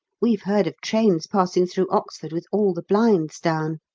we've heard of trains passing through oxford with all the blinds down.